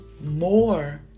more